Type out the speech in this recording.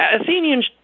Athenians